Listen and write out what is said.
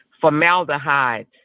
Formaldehyde